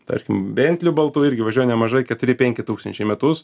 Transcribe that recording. tarkim bentliu baltu irgi važiuoju nemažai keturi penki tūkstančiai į metus